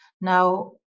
now